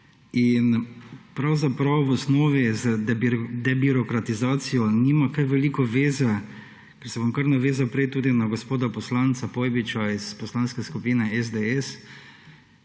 ter pravzaprav v osnovi z debirokratizacijo nima kaj veliko zveze. Se bom kar navezal tudi na gospoda poslanca Pojbiča iz Poslanske skupine SDS